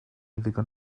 ddigon